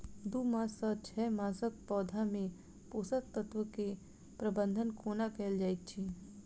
दू मास सँ छै मासक पौधा मे पोसक तत्त्व केँ प्रबंधन कोना कएल जाइत अछि?